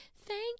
thank